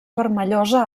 vermellosa